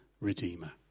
redeemer